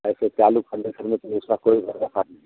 ऐसे चालू कंडीसन में तो इसका कोई भरोसा नहीं